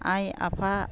आइ आफा